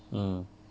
mm